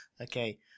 Okay